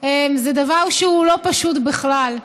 זה דבר שהוא לא פשוט בכלל.